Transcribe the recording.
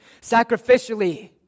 sacrificially